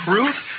Ruth